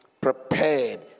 prepared